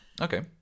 Okay